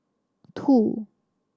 two